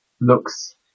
looks